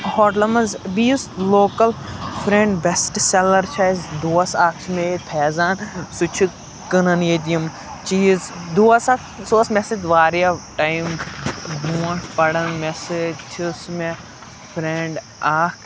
ہوٹلَن منٛز بیٚیہِ یُس لوکَل فرٛینٛڈ بیٚسٹہٕ سیٚلَر چھِ اَسہِ دوس اَکھ چھِ مےٚ ییٚتہِ فیضان سُہ چھِ کٕنان ییٚتہِ یِم چیٖز دوس اَکھ سُہ اوس مےٚ سۭتۍ واریاہ ٹایِم برٛونٛٹھ پَران مےٚ سۭتۍ چھُس مےٚ فرٛٮ۪نٛڈ اَکھ